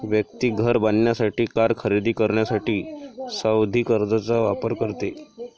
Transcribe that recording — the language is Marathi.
व्यक्ती घर बांधण्यासाठी, कार खरेदी करण्यासाठी सावधि कर्जचा वापर करते